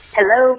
Hello